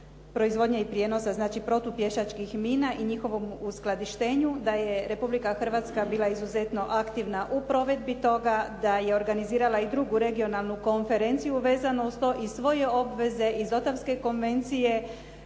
proizvodnje i prijenosa, znači protupješačkih mina i njihovom skladištenju. Da je Republika Hrvatska bila izuzetno aktivna u provedbi toga, da je organizirala i drugu regionalnu konferenciju vezanu uz to i svoje obveze iz Ottawske konvencije